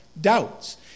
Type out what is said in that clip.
doubts